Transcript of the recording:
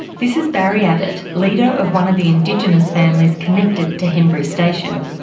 this is barry abbott, leader of one of the indigenous families connected to henbury station.